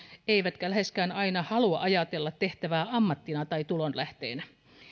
eivätkä läheskään aina halua ajatella tehtävää ammattina tai tulonlähteenä